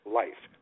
life